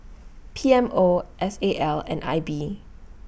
P M O S A L and I B